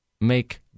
make